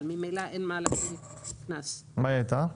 מה היא הייתה?